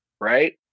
Right